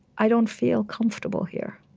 i don't feel comfortable here.